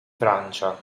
francia